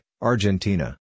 Argentina